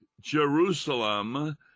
Jerusalem